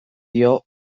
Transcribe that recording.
dio